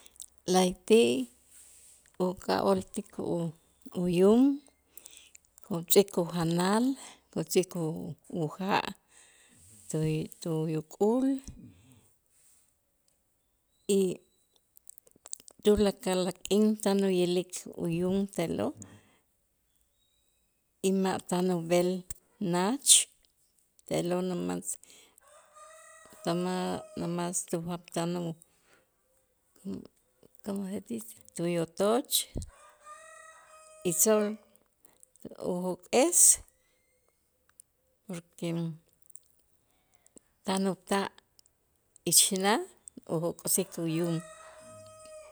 La'ayti' uka'ooltik u- uyum kutzik ujanal kutzik u- uja' tu- tu- tuyuk'ul y tulakal a' k'in tan uyilik uyum te'lo' y tan ub'el naach te'lo nomas mas tujat t'anoo' como se dice tuyotoch usol ujok'es porque tan u- ta- ich na' ujok'josik uyum